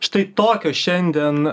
štai tokios šiandien